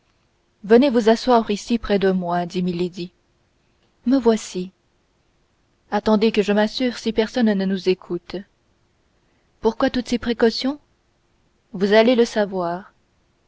messager venez vous asseoir ici près de moi dit milady me voici attendez que je m'assure si personne ne nous écoute pourquoi toutes ces précautions vous allez le savoir